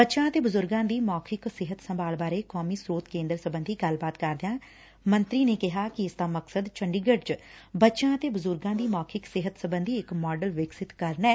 ਬੱਚਿਆਂ ਅਤੇ ਬਜੁਰਗਾਂ ਦੀ ਮੌਖਿਕ ਸਿਹਤ ਸੰਭਾਲ ਬਾਰੇ ਕੌਮੀ ਸਰੋਤ ਕੇ'ਦਰ ਸਬੰਧੀ ਗੱਲਬਾਤ ਕਰਦਿਆਂ ਮੰਤਰੀ ਨੇ ਕਿਹਾ ਕਿ ਇਸ ਦਾ ਮਕਸਦ ਚੰਡੀਗੜ ਚ ਬੱਚਿਆਂ ਅਤੇ ਬਜੁਰਗਾਂ ਦੀ ਮੋਖਿਕ ਸਿਹਤ ਸਬੰਧੀ ਇਕ ਮਾਡਲ ਵਿਕਸਿਤ ਕਰਨਾ ਐ